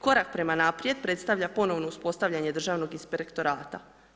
Korak prema naprijed predstavlja ponovno uspostavlja državnog inspektorata.